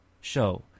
show